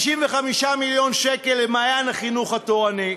53 מיליון שקל ל"מעיין החינוך התורני",